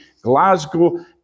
Glasgow